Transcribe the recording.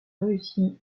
réussis